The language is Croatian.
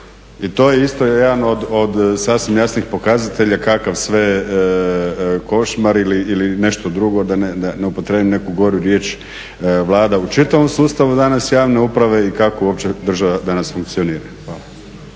I to je isto jedan od sasvim jasnih pokazatelja kakav sve košmar ili nešto drugo, da ne upotrijebim neku goru riječ, vlada u čitavom sustavu danas javne uprave i kako uopće država danas funkcionira.